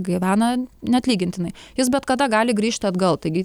gyvena neatlygintinai jis bet kada gali grįžti atgal taigi